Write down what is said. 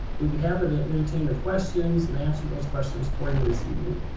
we'd be happy to entertain the questions and answer those questions for you this evening.